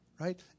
right